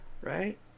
Right